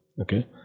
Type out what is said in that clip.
okay